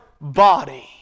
body